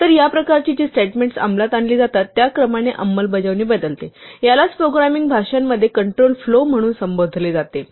तर या प्रकारची जी स्टेटमेंट्स अंमलात आणली जातात त्या क्रमाने अंमलबजावणी बदलते यालाच प्रोग्रामिंग भाषांमध्ये कंट्रोल फ्लो म्हणून संबोधले जाते